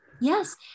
Yes